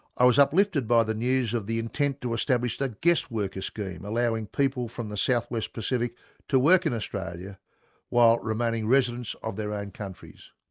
i was uplifted by the news of the intent to establish a guest-worker scheme allowing people from the south-west pacific to work in australia while remaining residents of their own countries.